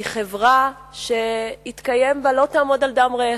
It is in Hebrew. היא חברה שהתקיים בה "לא תעמוד על דם רעך".